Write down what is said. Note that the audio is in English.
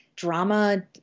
drama